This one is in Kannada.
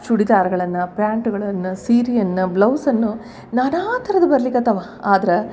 ಚೂಡಿದಾರ್ಗಳನ್ನು ಪ್ಯಾಂಟ್ಗಳನ್ನು ಸೀರಿಯನ್ನು ಬ್ಲೌಸನ್ನು ನಾನಾ ಥರದ್ದು ಬರ್ಲಿಕ್ಕತ್ತಾವ ಆದ್ರೆ